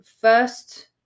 first